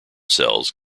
cells